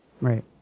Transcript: Right